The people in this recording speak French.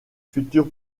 futur